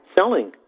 selling